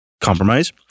compromise